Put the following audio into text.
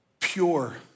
pure